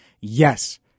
Yes